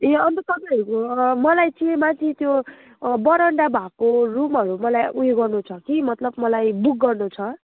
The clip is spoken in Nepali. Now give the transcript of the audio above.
ए अन्त तपाईँहरूको अँ मलाई चाहिँ माथि त्यो बरन्डा भएको रुमहरू मलाई उयो गर्नु छ कि मतलब मलाई बुक गर्नु छ